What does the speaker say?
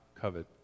covet